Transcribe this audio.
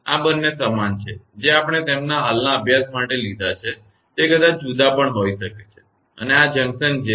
આ બંને સમાન છે જે આપણે તેમના હાલના અભ્યાસ માટે ધ્યાનમાં લીધાં છે તે કદાચ જુદા પણ હોઈ શકે છે અને આ જંકશન J છે બરાબર